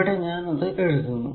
ഇവിടെ ഞാൻ അത് എഴുതുന്നു